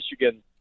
Michigan